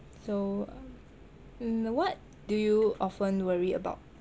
so mm what do you often worry about